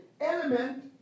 element